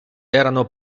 erano